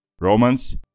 Romans